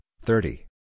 thirty